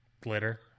glitter